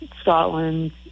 Scotland